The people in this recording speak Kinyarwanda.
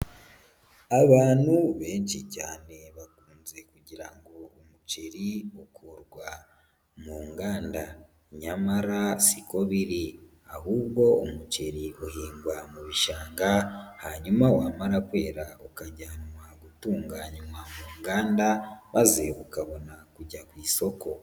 Abantu benshi cyane bakunze kugira ngo umuceri ukurwa mu nganda nyamara si ko biri ahubwo umuceri uhingwa mu bishanga hanyuma wamara kwera ukajyanwa gutunganywa mu nganda maze ukabona kujya ku isoko.